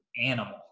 animal